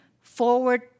forward